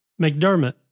McDermott